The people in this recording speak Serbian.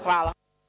Hvala.